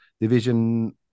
Division